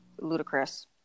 ludicrous